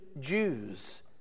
Jews